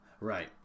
Right